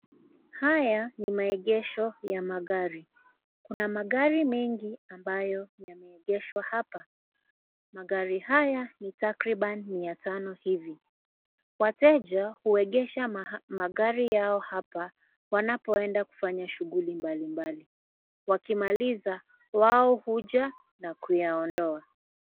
Haya ni maegesho ya magari. Kuna magari mengi ambayo yamegeshwa hapa. Magari haya ni takriban mia tano hivi. Wateja huegesha magari yao hapa wanapoenda kufanya shughuli mbalimbali. Wakimaliza, wao huja na kuyaondoa.